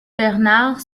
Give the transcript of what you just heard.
bernard